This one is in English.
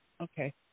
Okay